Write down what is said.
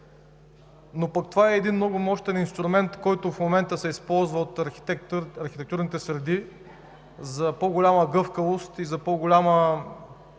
Но това е един много мощен инструмент, който в момента се използва от архитектурните среди за по-голяма гъвкавост и за модерна